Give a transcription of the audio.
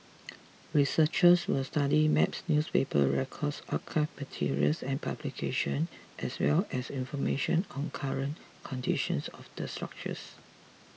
researchers will study maps newspaper records archival materials and publication as well as information on current conditions of the structures